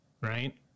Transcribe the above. right